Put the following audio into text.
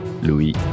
Louis